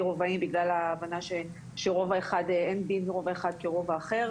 רובעים בגלל ההבנה שאין דין רובע אחד כרובע אחר,